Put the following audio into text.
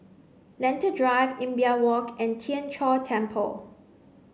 Lentor Drive Imbiah Walk and Tien Chor Temple